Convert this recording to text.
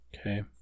Okay